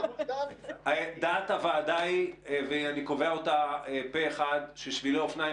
עמדת הוועדה היא ואני קובע אותה פה אחד ששבילי אופניים